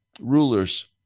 rulers